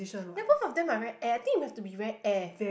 ya both of them are right and I think it must to be wear air